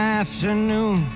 afternoon